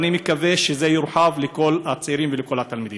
ואני מקווה שזה יורחב לכל הצעירים ולכל התלמידים.